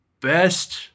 best –